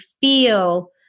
feel